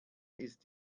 ist